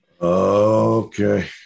Okay